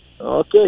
okay